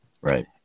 Right